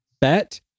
bet